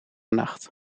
nacht